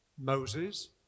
Moses